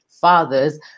fathers